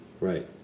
Right